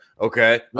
okay